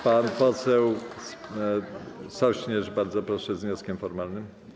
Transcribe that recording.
Pan poseł Sośnierz, bardzo proszę z wnioskiem formalnym.